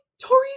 Tori